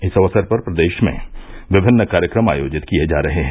इस अवसर पर प्रदेश में विभिन्न कार्यक्रम आयोजित किए जा रहे हैं